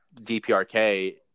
DPRK